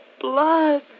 blood